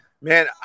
man